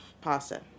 Pasta